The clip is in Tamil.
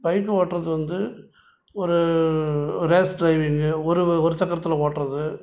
பைக்கு ஓட்டுறது வந்து ஒரு ரேஸ் ட்ரைவிங்கு ஒரு ஒரு சக்கரத்தில் ஓட்டுறது